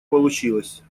получилась